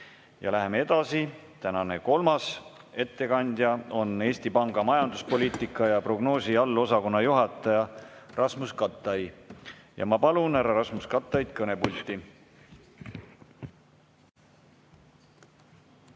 Läheme edasi. Tänane kolmas ettekandja on Eesti Panga majanduspoliitika ja -prognoosi allosakonna juhataja Rasmus Kattai. Ma palun härra Rasmus Kattai kõnepulti.